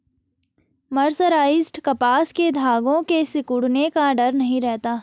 mercerised कपास के धागों के सिकुड़ने का डर नहीं रहता